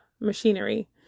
machinery